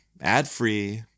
ad-free